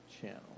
channel